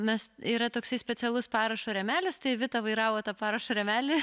mes yra toksai specialus parašo rėmelis tai vita vairavo tą parašo rėmelį